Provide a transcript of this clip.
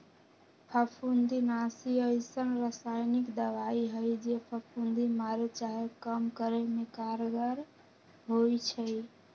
फफुन्दीनाशी अइसन्न रसायानिक दबाइ हइ जे फफुन्दी मारे चाहे कम करे में कारगर होइ छइ